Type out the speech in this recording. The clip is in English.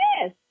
Yes